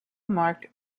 marked